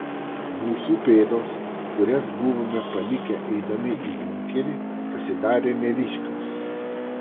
mūsų pėdos kurias buvome palikę eidami į bunkerį pasidarė neryškios